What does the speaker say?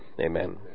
Amen